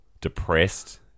depressed